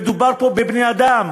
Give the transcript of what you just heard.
מדובר פה בבני-אדם,